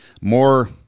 more